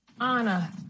Anna